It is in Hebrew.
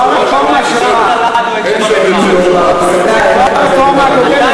אין דיור בר-השגה, אין עוד הרבה דברים.